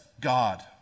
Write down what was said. God